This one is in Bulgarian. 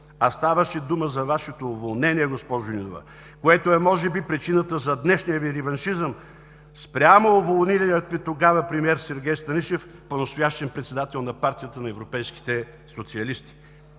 ставаше дума за Вашето уволнение, госпожо Нинова, което е може би причината за днешния Ви реваншизъм спрямо уволнилия те тогава премиер Сергей Станишев, понастоящем председател на Партията на европейските социалисти.